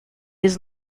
has